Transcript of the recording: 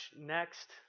Next